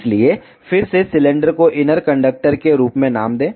इसलिए फिर से सिलेंडर को इनर कंडक्टर के रूप में नाम दें